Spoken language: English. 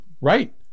Right